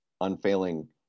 unfailing